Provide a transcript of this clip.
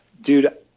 Dude